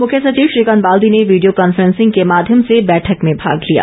मुख्य सचिव श्रीकांत बाल्दी ने वीडियो कांफेंसिंग के माध्यम से बैठक में भाग लिया